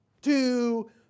two